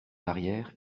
arrière